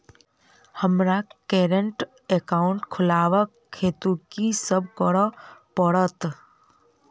हमरा current account खोलेवाक हेतु की सब करऽ पड़त?